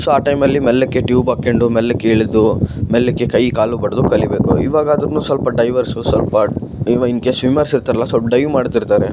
so ಆ ಟೈಮಲ್ಲಿ ಮೆಲ್ಲಗೆ ಟ್ಯೂಬ್ ಹಾಕ್ಕೊಂಡು ಮೆಲ್ಲಗೆ ಇಳಿದು ಮೆಲ್ಲಗೆ ಕೈ ಕಾಲು ಬಡಿದು ಕಲಿಬೇಕು ಇವಾಗಾದರೂನು ಸ್ವಲ್ಪ ಡೈವರ್ಸು ಸ್ವಲ್ಪ ಇವು ಇನ್ ಕೇಶ್ ಸ್ವಿಮ್ಮರ್ಸ್ ಇರ್ತಾರಲ್ಲ ಸ್ವಲ್ಪ ಡೈವ್ ಮಾಡ್ತಿರ್ತಾರೆ